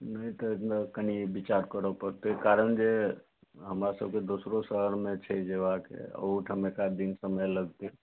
नहि तऽ कनि विचार करे पड़तै कारण जे हमरा सबके दोसरो शहरमे छै जयबाक ओहोठाम एकाध दिन समय लगतै